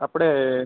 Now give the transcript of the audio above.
આપણે